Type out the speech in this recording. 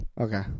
Okay